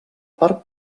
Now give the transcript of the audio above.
part